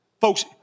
Folks